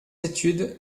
études